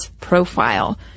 profile